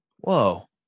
whoa